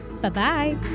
Bye-bye